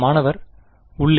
மாணவர் உள்ளே